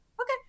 okay